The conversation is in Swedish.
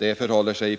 Det förhåller sig